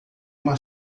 uma